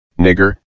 nigger